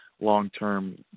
long-term